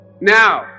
Now